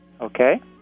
Okay